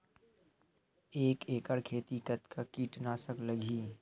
एक एकड़ खेती कतका किट नाशक लगही?